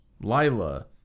lila